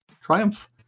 Triumph